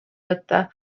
võtta